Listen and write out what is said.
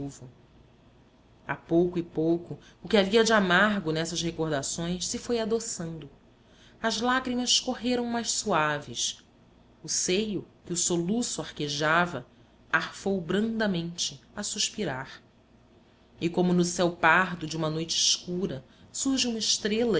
novo a pouco e pouco o que havia de amargo nessas recordações se foi adoçando as lágrimas correram mais suaves o seio que o soluço arquejava arfou brandamente a suspirar e como no céu pardo de uma noite escura surge uma estrela